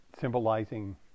symbolizing